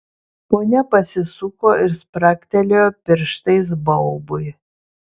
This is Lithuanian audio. ponia pasisuko ir spragtelėjo pirštais baubui